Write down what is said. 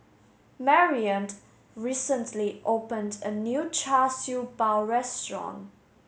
Marrion recently opened a new Char Siew Bao restaurant